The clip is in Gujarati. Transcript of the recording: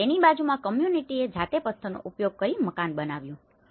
અને તેની બાજુમાં કમ્યુનીટીએ જાતે પત્થરનો ઉપયોગ કરીને આ મકાન બનાવ્યું છે